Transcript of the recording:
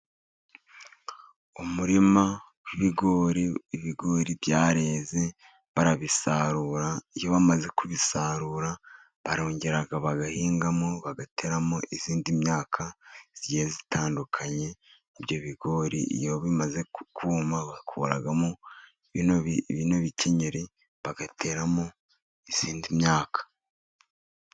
Umurima w'ibigori, ibigori byarenze barabisarura, iyo bamaze kubisarura barongera bagahingamo bagateramo indi myaka igiye itandukanye, byo bigori iyo bimaze kuma bakuramo bino bikenyeri, bagateramo indi myaka.